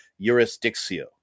jurisdiction